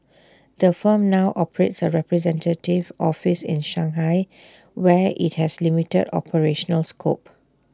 the firm now operates A representative office in Shanghai where IT has limited operational scope